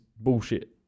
bullshit